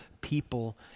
people